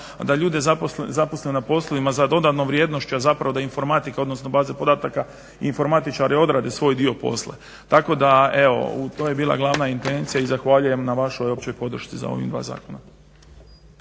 da ljude zaposle na poslovima za dodanom vrijednošću a zapravo informatika odnosno baze podataka informatičari odrade svoj dio posla. Tako da evo, to je bila glavna intencija i zahvaljujem na vašoj općoj podršci za ova dva zakona.